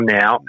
now